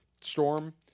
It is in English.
storm